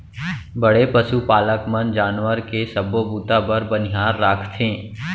बड़े पसु पालक मन जानवर के सबो बूता बर बनिहार राखथें